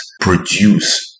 produce